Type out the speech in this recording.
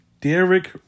Derek